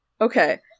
okay